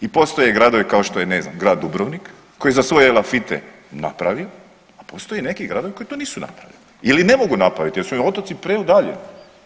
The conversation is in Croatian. I postoje gradovi kao što je ne znam grad Dubrovnik koji je za svoje elafite napravio, a postoje neki gradovi koji to nisu napravili ili ne mogu napraviti jer su im otoci preudaljeni.